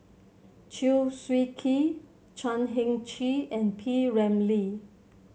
Chew Swee Kee Chan Heng Chee and P Ramlee